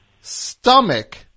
stomach